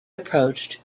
approached